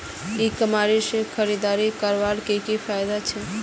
ई commerce से खरीदारी करवार की की फायदा छे?